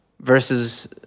versus